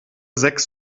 sechs